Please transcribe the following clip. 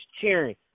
cheering